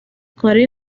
کارای